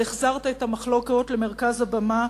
אבל החזרת את המחלוקות למרכז הבמה,